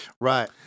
Right